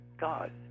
God